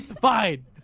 Fine